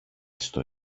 στο